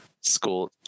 school